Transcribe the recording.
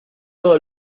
todo